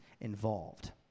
involved